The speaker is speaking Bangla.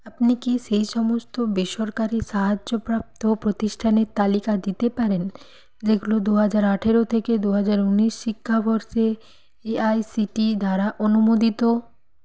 আপনি কি সেই সমস্ত বেসরকারি সাহায্যপ্রাপ্ত প্রতিষ্ঠানের তালিকা দিতে পারেন যেগুলো দু হাজার আঠেরো থেকে দু হাজার উনিশ শিক্ষাবর্ষে A I C T E দ্বারা অনুমোদিত